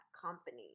company